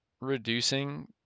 reducing